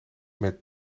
met